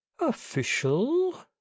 official